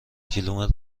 کیلومتر